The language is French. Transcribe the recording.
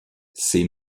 ses